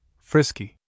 Frisky